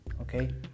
okay